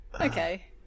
okay